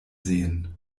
sehen